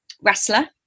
wrestler